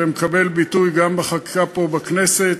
ומקבל ביטוי גם בחקיקה פה בכנסת,